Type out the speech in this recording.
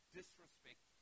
disrespect